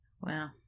Wow